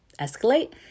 escalate